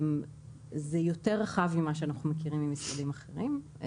זה יותר רחב ממה שאנחנו מכירים ממשרדים אחרים.